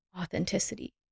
authenticity